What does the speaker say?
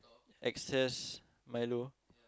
excess Milo